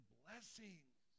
blessings